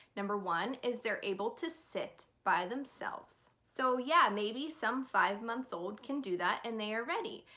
number one is they're able to sit by themselves. so yeah maybe some five months old can do that and they are ready.